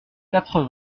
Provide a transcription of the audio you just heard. quatre